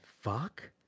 fuck